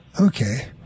okay